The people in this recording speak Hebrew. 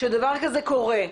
שדבר כזה קורה.